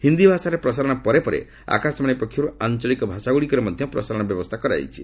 ହିନ୍ଦୀ ଭାଷାରେ ପ୍ରସାରଣ ପରେ ପରେ ଆକାଶବାଣୀ ପକ୍ଷରୁ ଆଞ୍ଚଳିକ ଭାଷା ଗୁଡ଼ିକରେ ମଧ୍ୟ ପ୍ରସାରଣ ବ୍ୟବସ୍ଥା କରାଯାଇଛି